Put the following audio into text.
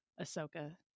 Ahsoka